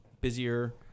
busier